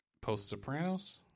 Post-Sopranos